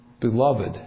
Beloved